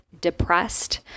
depressed